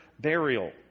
burial